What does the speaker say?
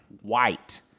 White